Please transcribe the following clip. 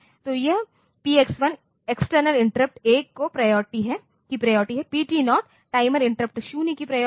तो यह PX1 external interrupt 1 की प्रायोरिटी है PT0 टाइमर इंटरप्ट 0 की प्रायोरिटी है